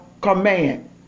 command